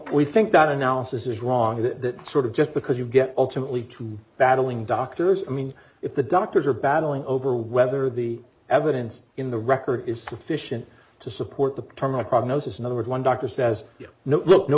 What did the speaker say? we think that analysis is wrong that sort of just because you get ultimately to battling doctors i mean if the doctors are battling over whether the evidence in the record is sufficient to support the paternal prognosis in other words one doctor says you kno